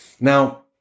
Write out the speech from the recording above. Now